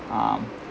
ah